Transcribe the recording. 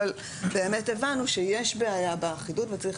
אבל באמת הבנו שיש בעיה באחידות וצריך